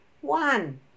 One